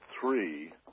three